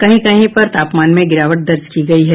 कहीं कहीं पर तापमान में गिरावट दर्ज की गयी है